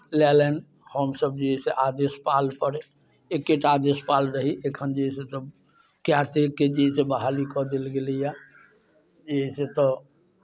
लेलनि हमसभ जे अइ से आदेशपालपर एकेटा आदेशपाल रही एखन जे अइ से कए कऽ जे अइ से बहाली कऽ देल गेलैए जे अइ से तऽ